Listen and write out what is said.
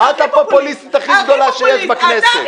את הפופוליסטית הכי גדולה שיש בכנסת.